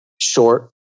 Short